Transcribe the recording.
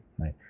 right